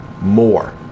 more